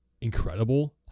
incredible